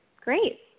Great